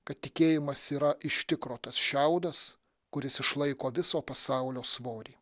kad tikėjimas yra iš tikro tas šiaudas kuris išlaiko viso pasaulio svorį